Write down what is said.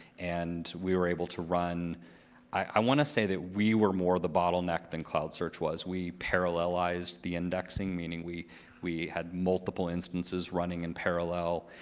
and we were able to run i want to say that we were more of the bottleneck than cloud search was. we parallelized the indexing, meaning we we had multiple instances running in parallel.